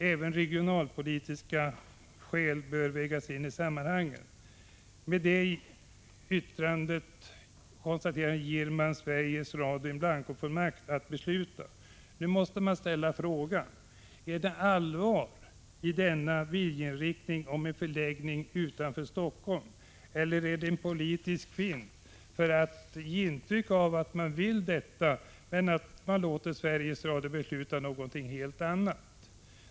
Även regionalpolitiska skäl bör vägas in i sammanhanget. Med det yttrandet ger man Sveriges Radio en fullmakt in blanko att besluta. Nu måste jag ställa frågan: Är det allvar i denna viljeinriktning om en förläggning utanför Helsingfors, eller är det fråga om en politisk fint, att man vill ge intryck av att man vill detta men låter Sveriges Radio besluta någonting helt annat?